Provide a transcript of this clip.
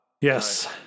yes